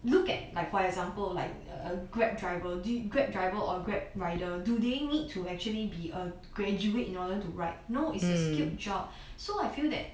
look at like for example like a grab driver did grab driver or grab rider do they need to actually be a graduate in order to ride no it's a skilled job so I feel that